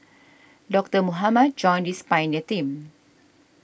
Doctor Mohamed joined this pioneer team